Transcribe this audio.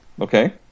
Okay